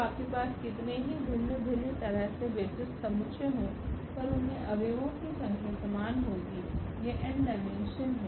तो आपके पास कितने ही भिन्न भिन्न तरह से बेसिस समुच्चय हो पर उनमे अव्यवो की संख्या सामान होगी यह n डायमेंशन है